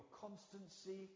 constancy